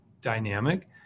dynamic